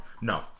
No